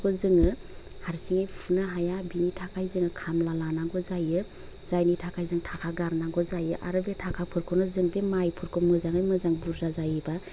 फोरखौ जोङो हारसिङै फुनो हाया बिनि थाखाय जोङो खामला लानांगौ जायो जायनि थाखाय जों ताखा गारनांगौ जायो आरो बे थाखाफोरखौनो जों बे मायफोरखौ मोजाङै मोजां बुरजा जायोबा